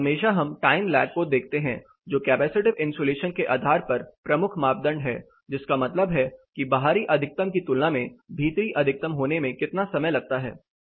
हमेशा हम time lag को देखते हैं जो कैपेसिटीव इन्सुलेशन के आधार पर प्रमुख मापदंड हैं जिसका मतलब है कि बाहरी अधिकतम की तुलना में भीतरी अधिकतम होने में कितना समय लगता है